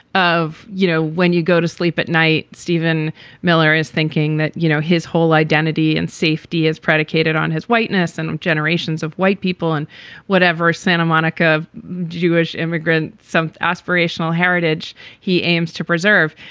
of you know, when you go to sleep at night, stephen miller is thinking that you know his whole identity and safety is predicated on his whiteness and generations of white people and whatever santamonica jewish immigrant, some aspirational heritage he aims to preserve.